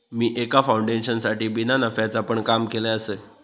मी एका फाउंडेशनसाठी बिना नफ्याचा पण काम केलय आसय